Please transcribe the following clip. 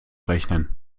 rechnen